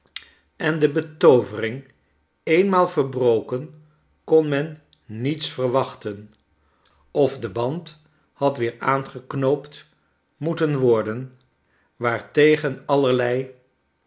en de betoovering eenmaal verbroken kon men niete verwachten of de band had weer aangeknoopt moeten worden waartegen allerlei